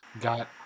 got